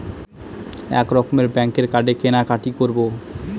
এক রকমের ব্যাঙ্কের কার্ডে কেনাকাটি করব